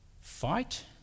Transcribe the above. fight